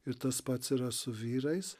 ir tas pats yra su vyrais